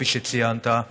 כפי שציינת,